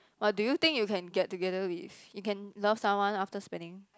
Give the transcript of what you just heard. but do you think you can get together with you can love someone after spending